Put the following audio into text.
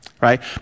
Right